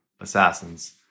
assassins